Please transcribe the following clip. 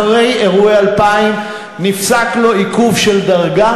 אחרי אירועי 2000 נפסק לו עיכוב דרגה.